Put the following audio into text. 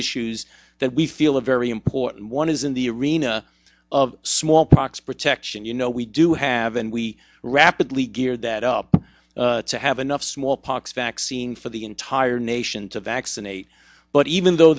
issues that we feel very important one is in the arena of smallpox protection you know we do have and we rapidly gear that up to have enough smallpox vaccine for the entire nation to vaccinate but even though